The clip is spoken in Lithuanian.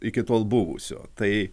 iki tol buvusio tai